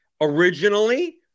originally